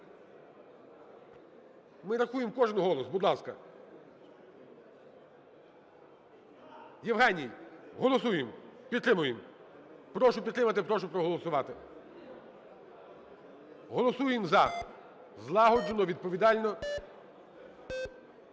ми рахуємо кожен голос, будь ласка, Євгеній! Голосуємо, підтримуємо. Прошу підтримати. Прошу проголосувати. Голосуємо "за" злагоджено, відповідально.